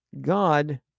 God